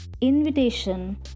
invitation